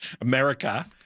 America